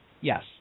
Yes